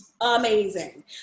Amazing